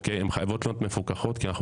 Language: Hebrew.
אבל הן חייבות להיות מפוקחות כשאנחנו